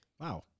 Wow